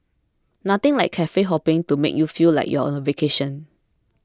nothing like cafe hopping to make you feel like you're on a vacation